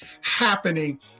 happening